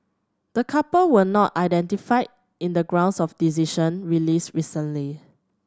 the couple were not identified in the grounds of decision released recently